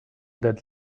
that